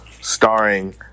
starring